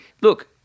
Look